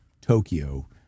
Tokyo